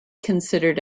considered